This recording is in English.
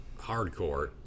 Hardcore